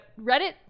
Reddit